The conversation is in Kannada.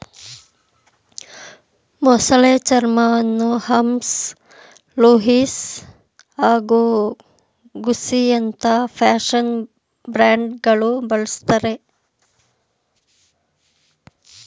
ಮೊಸಳೆ ಚರ್ಮವನ್ನು ಹರ್ಮ್ಸ್ ಲೂಯಿಸ್ ಹಾಗೂ ಗುಸ್ಸಿಯಂತ ಫ್ಯಾಷನ್ ಬ್ರ್ಯಾಂಡ್ಗಳು ಬಳುಸ್ತರೆ